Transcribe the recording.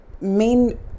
main